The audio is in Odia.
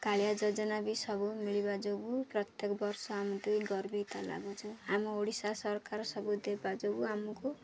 କାଳିଆ ଯୋଜନା ବି ସବୁ ମିଳିବା ଯୋଗୁଁ ପ୍ରତ୍ୟେକ ବର୍ଷ ଆମତ ବି ଗର୍ବିତ ଲାଗୁଛୁ ଆମ ଓଡ଼ିଶା ସରକାର ସବୁ ଦେବା ଯୋଗୁଁ ଆମକୁ